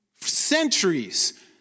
centuries